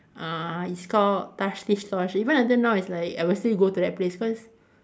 uh it's called Tash Tish Tosh even until now it's like I will still go to that place because